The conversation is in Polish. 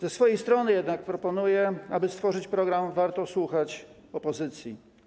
Ze swojej strony jednak proponuję, aby stworzyć program „Warto słuchać opozycji”